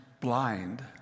Blind